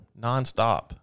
nonstop